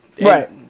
Right